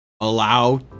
allow